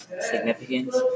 significance